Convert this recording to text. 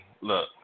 look